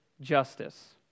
justice